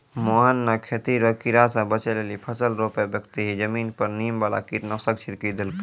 मोहन नॅ खेती रो कीड़ा स बचै लेली फसल रोपै बक्ती हीं जमीन पर नीम वाला कीटनाशक छिड़की देलकै